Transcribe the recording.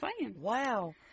Wow